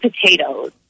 potatoes